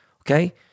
okay